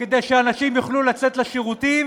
כדי שאנשים יוכלו לצאת לשירותים